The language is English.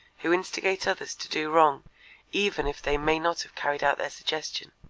who instigate others to do wrong even if they may not have carried out their suggestion